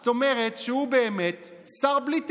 זאת אומרת שהוא באמת שר בלי תיק.